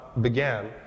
began